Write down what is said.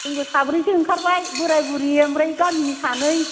जोंबो साब्रैसो ओंखारबाय बोराय बुरि आमफ्राय गामिनि सानै